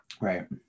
Right